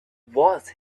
was